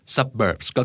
Suburbs